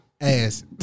ass